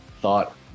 thought